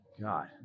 God